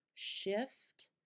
Shift